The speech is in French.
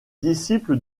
disciples